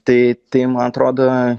tai tai man atrodo